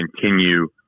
continue